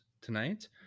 tonight